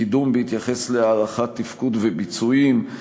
קידום בהתייחס להערכת תפקוד וביצועים,